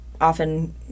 often